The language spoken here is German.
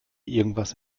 irgendwas